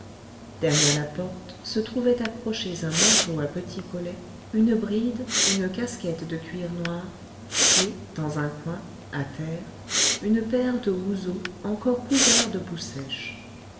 derrière la porte se trouvaient accrochés un manteau à petit collet une bride une casquette de cuir noir et dans un coin à terre une paire de houseaux encore couverts de boue sèche